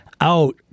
out